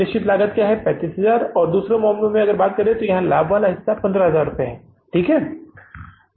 निश्चित लागत भी अधिक है जो कि 35000 है और दूसरे मामले में अगर बात करें तो लाभ वाला हिस्सा 15000 रुपये है ठीक है